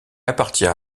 appartient